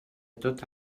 tot